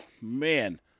man